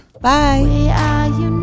Bye